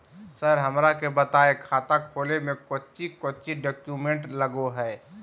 Sir हमरा के बताएं खाता खोले में कोच्चि कोच्चि डॉक्यूमेंट लगो है?